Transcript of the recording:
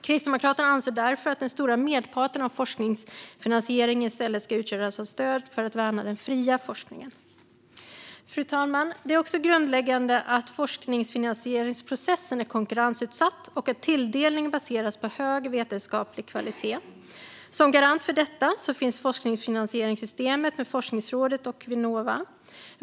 Kristdemokraterna anser därför att den stora merparten av forskningsfinansieringen i stället ska utgöras av stöd för att värna den fria forskningen. Fru talman! Det är också grundläggande att forskningsfinansieringsprocessen är konkurrensutsatt och att tilldelningen baseras på hög vetenskaplig kvalitet. Som garant för detta finns forskningsfinansieringssystemet med forskningsråden och Vinnova.